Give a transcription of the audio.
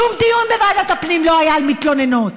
שום דיון בוועדת הפנים לא היה על מתלוננות,